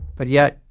but yet,